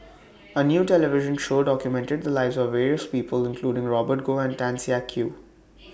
A New television Show documented The Lives of various People including Robert Goh and Tan Siak Kew